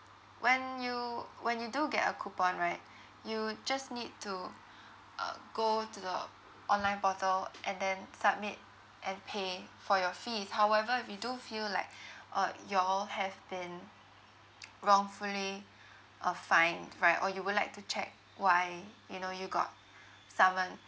when you when you do get a coupon right you just need to uh go to the online portal and then submit and pay for your fees however if you do feel like uh you all have been wrongfully uh fined right or you would like to check why you know you got summoned